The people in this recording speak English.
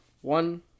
One